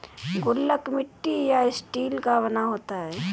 गुल्लक मिट्टी या स्टील का बना होता है